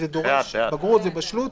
דורש בגרות ובשלות